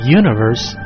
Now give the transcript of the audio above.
universe